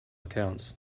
accounts